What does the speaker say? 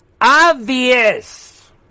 obvious